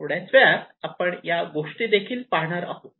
थोड्याच वेळात आपण या गोष्टीदेखील पाहणार आहोत